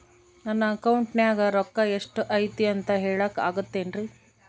ನನ್ನ ಅಕೌಂಟಿನ್ಯಾಗ ರೊಕ್ಕ ಎಷ್ಟು ಐತಿ ಅಂತ ಹೇಳಕ ಆಗುತ್ತೆನ್ರಿ?